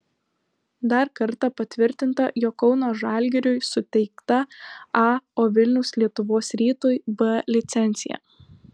dar kartą patvirtinta jog kauno žalgiriui suteikta a o vilniaus lietuvos rytui b licencija